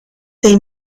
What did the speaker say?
they